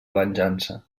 venjança